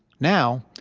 now,